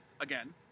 again